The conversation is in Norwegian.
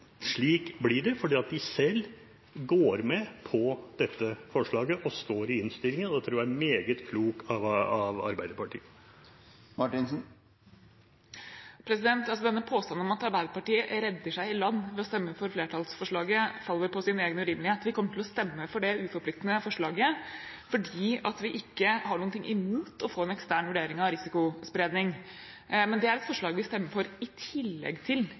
slik blir det, for de går selv med på dette forslaget – det står i innstillingen. Jeg tror det er meget klokt av Arbeiderpartiet. Denne påstanden om at Arbeiderpartiet redder seg i land ved å stemme for flertallsforslaget faller på sin egen urimelighet. Vi kommer til å stemme for det uforpliktende forslaget fordi vi ikke har noe imot å få en ekstern vurdering av risikospredning. Men det er et forslag vi stemmer for i tillegg til